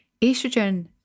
estrogen